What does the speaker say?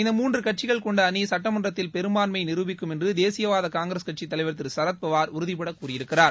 இந்தமூன்று கட்சிகள் கொண்ட அணி சட்டமன்றத்தில் பெரும்பான்மையை நிரூபிக்கும் என்று தேசியவாத காங்கிரஸ் கட்சி தலைவர் திரு சரத்பவார் உறுதிபட கூறியிருக்கிறார்